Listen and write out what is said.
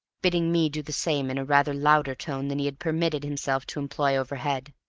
bidding me do the same in a rather louder tone than he had permitted himself to employ overhead.